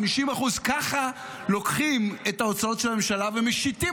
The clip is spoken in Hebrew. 50%. ככה לוקחים את ההוצאות של הממשלה ומשיתים